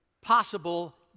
possible